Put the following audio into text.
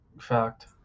fact